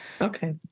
Okay